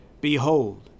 Behold